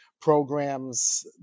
programs